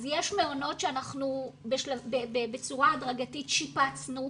אז יש מעונות שאנחנו בצורה הדרגתית שיפצנו.